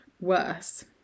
worse